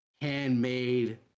handmade